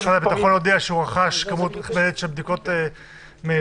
משרד הביטחון אמר שרכש כמות נכבדת של בדיקות מהירות.